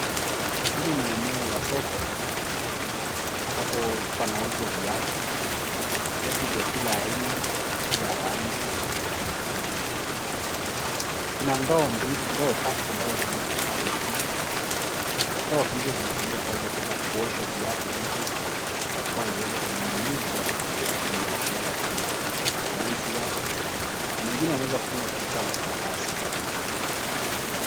Hili ni eneo la soko ambapo panauzwa viatu. Viatu vya kila aina na kila rangi vinapatikana katika eneo hili. Kuna ndoo tatu ambazo zimewekwa pale chini. Ndoo hizo zinatumika Kwa akili ya kuweza kuosha viatu hivi vikawa viweze kuninginizwa Kwa ajili ya kuuzwa na mengine yameweza kufungwa katika makaratasi.